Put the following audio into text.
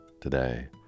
today